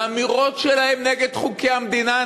באמירות שלהם נגד חוקי המדינה,